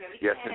Yes